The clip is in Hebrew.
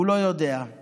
/ הוא לא יודע //